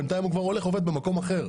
בינתיים הוא כבר הולך ועובד במקום אחר.